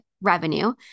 revenue